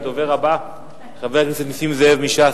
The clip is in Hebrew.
הדובר הבא הוא חבר הכנסת נסים זאב מש"ס,